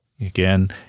again